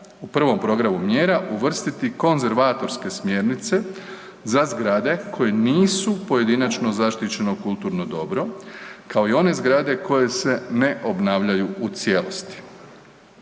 prvom programu mjera uvrstiti konzervatorske smjernice za zgrade koje nisu pojedinačno zaštićeno kulturno dobro, kao i one zgrade koje se ne obnavljaju u cijelosti.